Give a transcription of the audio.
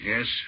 Yes